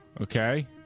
okay